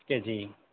KG